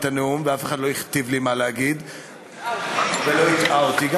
את הנאום ואף אחד לא הכתיב לי מה לומר ולא הטעה אותי,